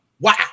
Wow